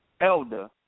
elder